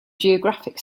geographic